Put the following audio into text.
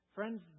Friends